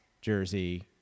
jersey